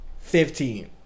fifteen